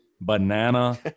banana